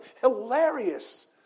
hilarious